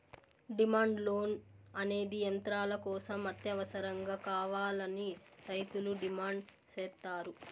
demand loan అనేది యంత్రాల కోసం అత్యవసరంగా కావాలని రైతులు డిమాండ్ సేత్తారు